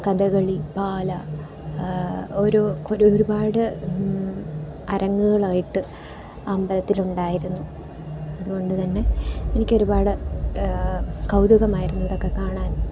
കഥകളി ബാല ഓരോ ഒരു ഒരുപാട് അരങ്ങുകളായിട്ട് അമ്പലത്തിൽ ഉണ്ടായിരുന്നു അതുകൊണ്ട് തന്നെ എനിക്ക് ഒരുപാട് കൗതുകം ആയിരുന്നു ഇതൊക്കെ കാണാൻ